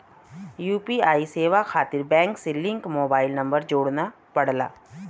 UPI सेवा खातिर bank से लिंक मोबाइल नंबर जोड़ना पड़ला